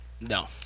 No